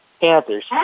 Panthers